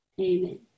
Amen